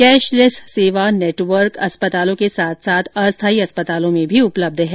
cashless सेवा network अस्पतालों के साथ साथ अस्थायी अस्पतालों में भी उपलब्ध है